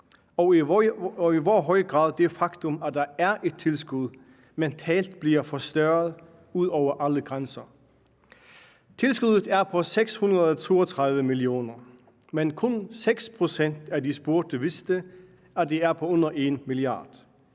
og i hvor høj grad det faktum, at der er et tilskud, mentalt bliver forstørret ud over alle grænser. Tilskuddet er på 632 mio. kr., men kun 6 pct. af de adspurgte vidste, at det er på under 1 mia.